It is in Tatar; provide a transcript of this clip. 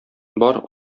бар